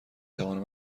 توانم